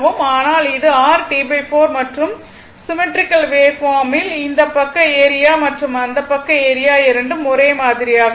ஆனால் இது r T4 மற்றும் சிம்மெட்ரிக்கல் வேவ்பார்மில் இந்த பக்க ஏரியா மற்றும் அந்த பக்க ஏரியா இரண்டும் ஒரே மாதிரியாக இருக்கும்